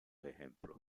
ejemplos